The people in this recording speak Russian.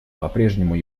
попрежнему